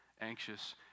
anxious